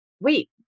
wait